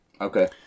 Okay